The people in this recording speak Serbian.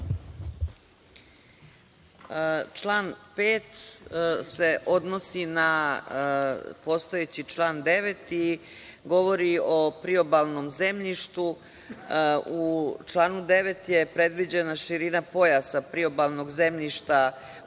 Član 5. se odnosi na postojeći član 9. i govori o priobalnom zemljištu. U članu 9. je predviđena širina pojasa priobalnog zemljišta u